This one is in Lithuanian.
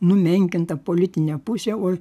numenkinta politinė pusė o